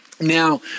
Now